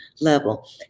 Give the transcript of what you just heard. level